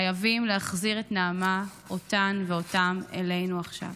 חייבים להחזיר את נעמה, אותם ואותן אלינו עכשיו.